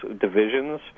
divisions